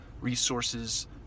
resources